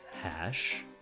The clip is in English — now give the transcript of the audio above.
Hash